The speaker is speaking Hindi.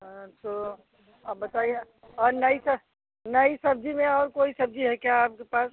हाँ तो आप बताइए और नई स नई सब्ज़ी में और कोई सब्ज़ी है क्या आपके पास